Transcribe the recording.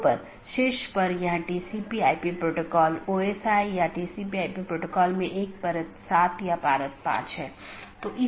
दूसरे अर्थ में जब मैं BGP डिवाइस को कॉन्फ़िगर कर रहा हूं मैं उस पॉलिसी को BGP में एम्बेड कर रहा हूं